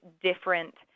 different